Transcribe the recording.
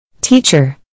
Teacher